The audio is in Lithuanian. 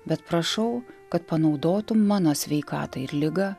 bet prašau kad panaudotum mano sveikatą ir ligą